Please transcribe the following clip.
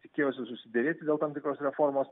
tikėjosi susiderėti dėl tam tikros reformos